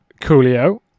Coolio